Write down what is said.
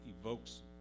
evokes